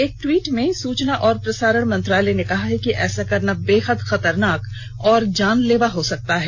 एक ट्वीट में सूचना और प्रसारण मंत्रालय ने कहा है कि ऐसा करना बेहद खतरनाक और जानलेवा हो सकता है